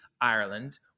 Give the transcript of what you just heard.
ireland